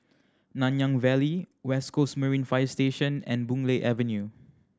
Nanyang Valley West Coast Marine Fire Station and Boon Lay Avenue